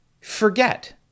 forget